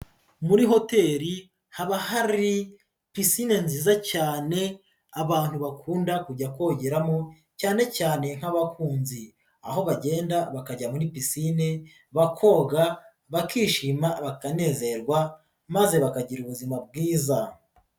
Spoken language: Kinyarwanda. Muri hoteli haba hari pisine nziza cyane abantu bakunda kujya kogeramo cyane cyane nk'abakunzi, aho bagenda bakajya muri pisine bakoga, bakishima bakanezerwa maze bakagira ubuzima bwiza.